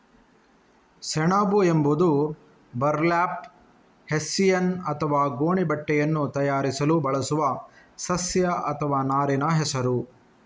ಸೆಣಬು ಎಂಬುದು burlap, hessian ಅಥವಾ ಗೋಣಿ ಬಟ್ಟೆಯನ್ನು ತಯಾರಿಸಲು ಬಳಸುವ ಸಸ್ಯ ಅಥವಾ ನಾರಿನ ಹೆಸರು